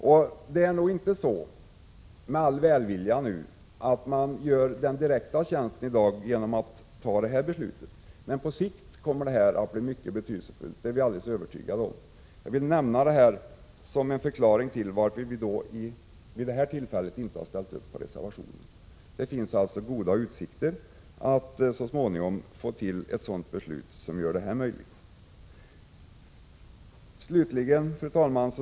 Tall välvilja vill jag säga att man nog inte gör den bästa tjänsten genom att i dag fatta ett beslut. På sikt kommer det att bli mycket betydelsefullt, det är vi alldeles övertygade om. Jag vill nämna detta som en förklaring till att vi vid detta tillfälle inte har ställt upp för reservationen. Det finns goda utsikter att så småningom få ett beslut som gör förslaget genomförbart. Fru talman!